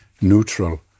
neutral